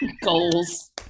Goals